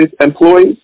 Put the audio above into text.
employees